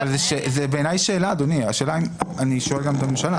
בעיניי זו שאלה ואני שואל גם את הממשלה.